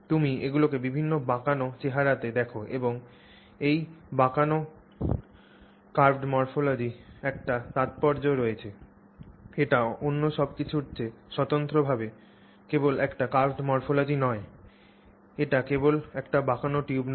তুমি এগুলিকে বিভিন্ন বাঁকানো চেহারাতে দেখ এবং এই বাঁকানো রূপবিজ্ঞানের একটি তাৎপর্য রয়েছে এটি অন্য সব কিছুর চেয়ে স্বতন্ত্রভাবে কেবল একটি curved morphology নয় এটি কেবল একটি বাঁকানো টিউব নয়